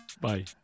Bye